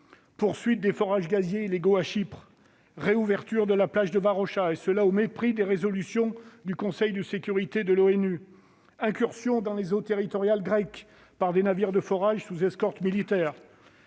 poursuite de forages gaziers illégaux à Chypre, réouverture de la plage de Varosha, et ce au mépris des résolutions du Conseil de sécurité de l'ONU, incursion dans les eaux territoriales grecques par des navires de forage sous escorte militaire,